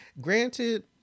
Granted